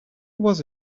was